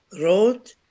road